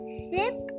sip